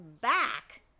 back